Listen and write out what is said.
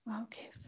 Okay